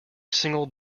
single